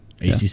acc